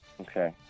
Okay